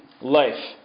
life